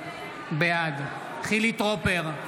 בעד חילי טרופר,